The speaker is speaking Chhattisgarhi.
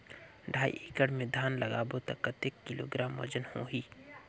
ढाई एकड़ मे धान लगाबो त कतेक किलोग्राम वजन होही?